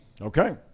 Okay